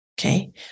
okay